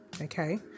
okay